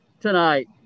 tonight